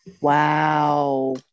Wow